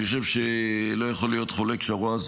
אני חושב שלא יכול להיות חולק שההוראה הזאת